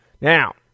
Now